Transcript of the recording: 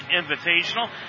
Invitational